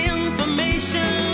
information